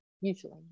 Usually